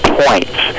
points